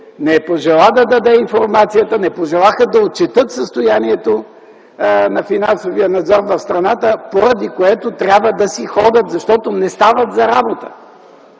Не пожела да даде информацията, не пожелаха да отчетат състоянието на финансовия надзор в страната, поради което трябва да си ходят, защото не стават за работа!